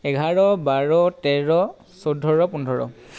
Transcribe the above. এঘাৰ বাৰ তেৰ চৈধ্য় পোন্ধৰ